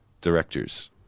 directors